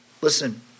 Listen